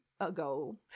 ago